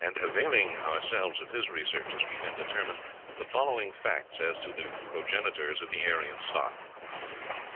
and availing ourselves of his researches we can determine the following facts as to the progenitors of the aryan stock